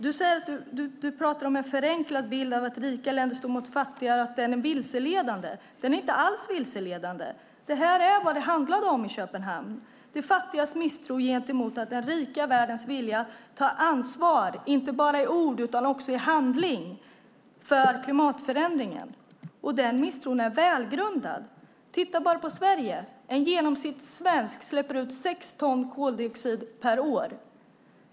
Du pratar om att en förenklad bild av att rika länder står mot fattiga är vilseledande. Den är inte alls vilseledande. Det här är vad det handlar om i Köpenhamn, det vill säga de fattigas misstro gentemot den rika världens vilja att ta ansvar inte bara i ord utan också i handling för klimatförändringen. Den misstron är välgrundad. Titta bara på Sverige. En genomsnittssvensk släpper ut 6 ton koldioxid per år.